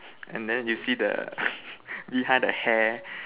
and then you see the behind the hair